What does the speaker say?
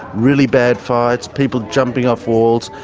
really bad fights, people jumping off walls,